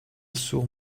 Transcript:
sourd